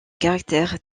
caractère